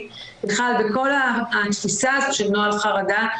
בכלל בכל התפיסה הזו של נוהל חרדה,